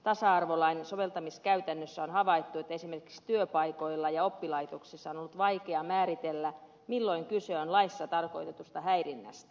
tasa arvolain soveltamiskäytännössä on havaittu että esimerkiksi työpaikoilla ja oppilaitoksissa on ollut vaikea määritellä milloin kyse on laissa tarkoitetusta häirinnästä